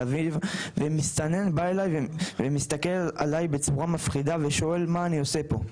אביב ומסתנן בא אליי ומסתכל עליי בצורה מפחידה ושואל מה אני עושה פה,